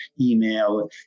email